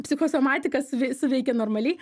psichosomatika suve suveikė normaliai